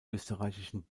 österreichischen